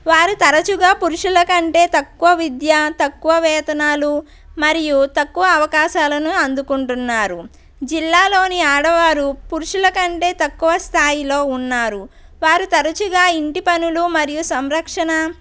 వారు తరచుగా పురుషులకంటే తక్కువ విద్య తక్కువ వేతనాలు మరియు తక్కువ అవకాశాలను అందుకుంటున్నారు జిల్లాలోని ఆడవారు పురుషులకంటే తక్కువ స్థాయిలో ఉన్నారు వారు తరచుగా ఇంటి పనులు మరియు సంరక్షణ